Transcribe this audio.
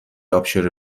آبشار